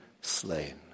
slain